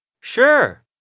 Sure